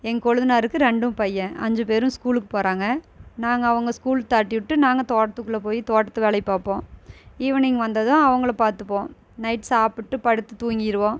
எங்கள் கொழுந்தனாருக்கு ரெண்டும் பையன் அஞ்சு பேரும் ஸ்கூலுக்கு போகறாங்க நாங்கள் அவங்க ஸ்கூல் தாட்டி விட்டுவிட்டு நாங்கள் தோட்டத்துக்குள்ளே போய் தோட்டத்து வேலையை பார்ப்போம் ஈவ்னிங் வந்ததும் அவங்கள பார்த்துப்போம் நைட் சாப்பிட்டு படுத்து தூங்கிருவோம்